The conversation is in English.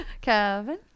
kevin